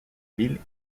ville